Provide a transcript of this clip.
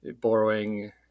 borrowing